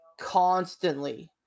constantly